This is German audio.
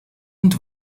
und